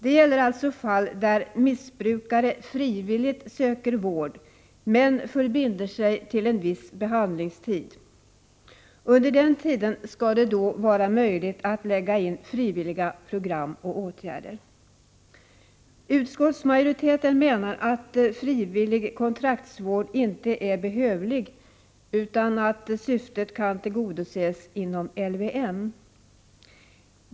Det gäller alltså fall där missbrukare frivilligt söker vård men förbinder sig till en viss behandlingstid. Under den tiden skall det vara möjligt att lägga in frivilliga program och åtgärder. Utskottsmajoriteten menar att frivillig kontraktsvård inte är behövlig utan att syftet kan tillgodoses inom LVM.